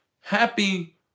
happy